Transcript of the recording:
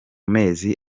mezi